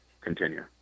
Continue